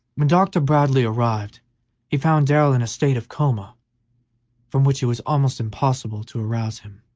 when dr. bradley arrived he found darrell in a state of coma from which it was almost impossible to arouse him.